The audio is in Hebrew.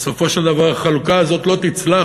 בסופו של דבר החלוקה הזאת לא תצלח,